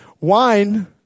Wine